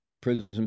prison